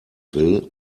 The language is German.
will